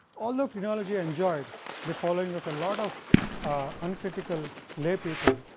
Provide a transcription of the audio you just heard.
although phrenology enjoyed the following of a lot of uncritical laypeople,